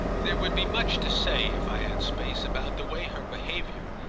there would be much to say, if i had space, about the way her behaviour,